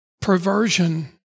perversion